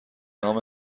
نام